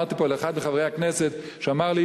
אמרתי פה לאחד מחברי הכנסת שאמר לי: